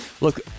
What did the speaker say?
Look